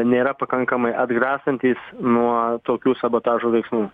nėra pakankamai atgrasantys nuo tokių sabotažo veiksmų